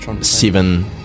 seven